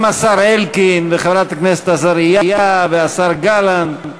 גם השר אלקין וחברת הכנסת עזריה, והשר גלנט,